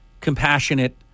compassionate